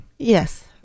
Yes